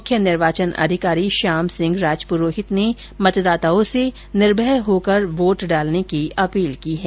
मुख्य निर्वाचन अधिकारी श्याम सिंह राजपुरोहित ने मतदाताओं से निर्भय होकर वोट डालने की अपील की है